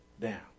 down